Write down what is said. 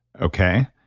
okay,